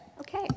Okay